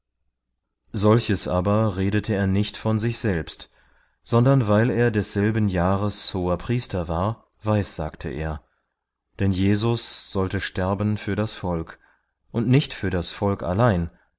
solches aber redete er nicht von sich selbst sondern weil er desselben jahres hoherpriester war weissagte er denn jesus sollte sterben für das volk und nicht für das volk allein